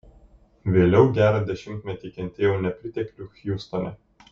vėliau gerą dešimtmetį kentėjau nepriteklių hjustone